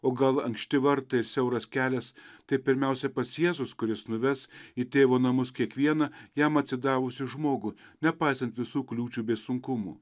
o gal ankšti vartai ir siauras kelias tai pirmiausia pats jėzus kuris nuves į tėvo namus kiekvieną jam atsidavusį žmogų nepaisant visų kliūčių bei sunkumų